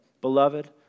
beloved